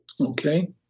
Okay